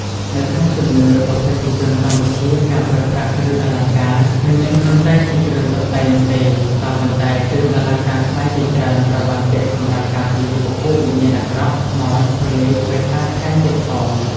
នៅក្នុងជំនឿរបស់ប្រជាជនកម្ពុជាការប្រើប្រាស់ គ្រឿងអលង្ការ មិនមែនគ្រាន់តែជាគ្រឿងតុបតែងនោះទេ ក៏ប៉ុន្តែគ្រឿងអលង្កាខ្មែរជាច្រើនត្រូវបានពាក់សម្រាប់ការពារពពួកវិញ្ញាណអាក្រក់ ខ្មោច ព្រាយ បិសាចថែមទៀតផង។